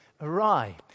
awry